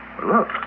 Look